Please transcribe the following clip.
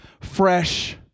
fresh